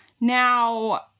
Now